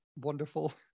wonderful